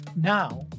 Now